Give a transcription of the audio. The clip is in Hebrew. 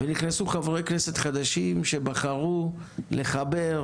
נכנסו חברי כנסת חדשים שבחרו לחבר,